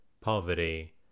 poverty